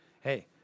Hey